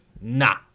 nah